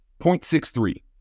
0.63